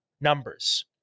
numbers